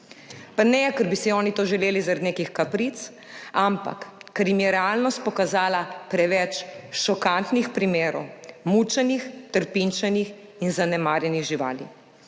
Pa ne, ker bi si oni to želeli zaradi nekih kapric, ampak ker jim je realnost pokazala preveč šokantnih primerov mučenih, trpinčenih in zanemarjenih živali.